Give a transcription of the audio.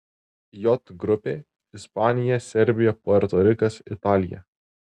j grupė ispanija serbija puerto rikas italija